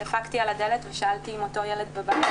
דפקתי על הדלת ושאלתי אם אותו ילד נמצא בבית,